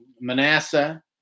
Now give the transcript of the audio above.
Manasseh